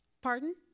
Pardon